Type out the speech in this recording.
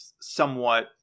somewhat